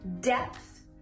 depth